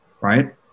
right